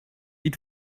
eat